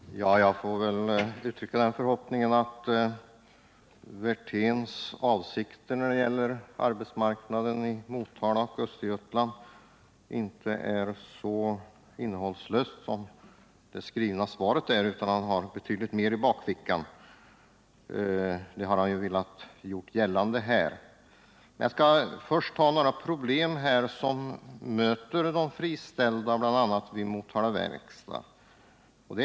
Herr talman! Jag får väl uttrycka den förhoppningen att herr Wirténs avsikter när det gäller arbetsmarknaden i Motala och Östergötland inte är så innehållslösa som det skrivna svaret utan att han har betydligt mer i bakfickan. Och det har han ju velat göra gällande här. Jag skall först ta upp några problem som möter de friställda bl.a. vid Motala Verkstad.